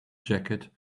jacket